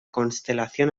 constelación